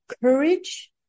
Courage